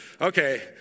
okay